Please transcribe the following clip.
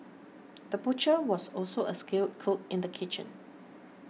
the butcher was also a skilled cook in the kitchen